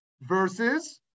versus